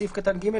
בסעיף קטן (ג),